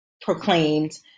proclaimed